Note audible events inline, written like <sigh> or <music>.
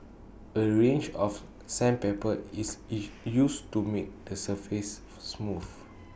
A range of sandpaper is <noise> used to make the surface smooth